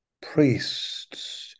priests